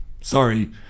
sorry